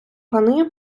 пани